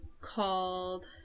called